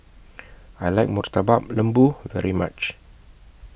I like Murtabak Lembu very much